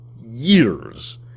years